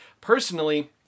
Personally